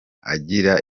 agira